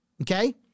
okay